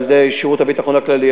על-ידי שירות הביטחון הכללי,